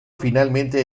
finalmente